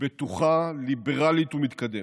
בטוחה, ליברלית ומתקדמת.